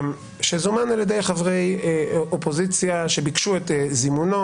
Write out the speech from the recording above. שזומן על ידי חברי אופוזיציה שביקשו את זימונו